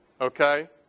okay